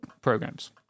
programs